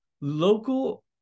local